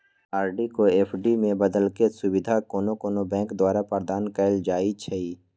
RD को FD में बदलेके सुविधा कोनो कोनो बैंके द्वारा प्रदान कएल जाइ छइ